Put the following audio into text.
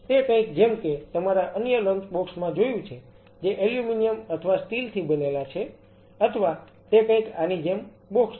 તે કંઈક જેમકે તમારા અન્ય લંચ બોક્સ માં જોયું છે જે એલ્યુમિનિયમ અથવા સ્ટીલ થી બનેલા છે અથવા તે કંઈક આની જેમ બોક્સ છે